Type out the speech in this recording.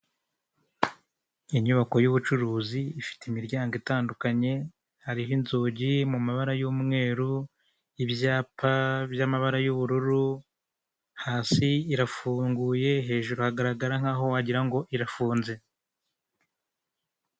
Inyubako y'ubucuruzi ifite imiryango itandukanye hariho inzugi mu mabara y'umweru, ibyapa by'amabara y'ubururu hasi irafunguye hejuru hagaragara nkaho wagira ngo irafunze.